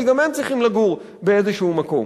כי גם הם צריכים לגור באיזשהו מקום.